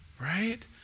right